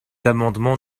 amendement